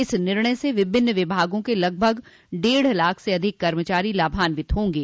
इस निर्णय से विभिन्न विभागों के लगभग डेढ़ लाख से अधिक कर्मचारी लाभान्वित होंगे